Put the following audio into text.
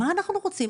מה אנחנו רוצים,